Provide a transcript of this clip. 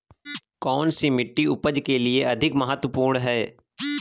कौन सी मिट्टी उपज के लिए अधिक महत्वपूर्ण है?